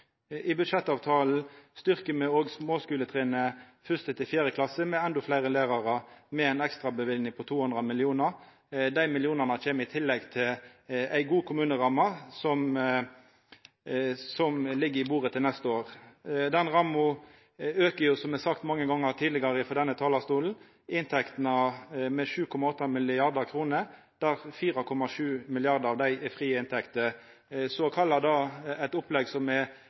I budsjettavtalen styrkjer me òg småskuletrinnet, 1.–4. klasse, med endå fleire lærarar, med ei ekstraløyving på 200 mill. kr. Dei millionane kjem i tillegg til ei god kommuneramme, som ligg på bordet neste år. Den inntektsramma aukar, som det er sagt mange gonger tidlegare frå denne talarstolen, med 7,8 mrd. kr, der 4,7 mrd. kr av desse er frie inntekter. Så det å kalla dette eit opplegg som er